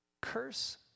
Curse